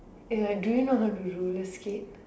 eh do you know how to roller skate